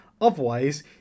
Otherwise